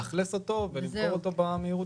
לאכלס אותו ולמכור אותו במהירות האפשרית.